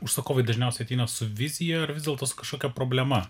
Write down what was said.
užsakovai dažniausiai ateina su vizija ar vis dėlto su kažkokia problema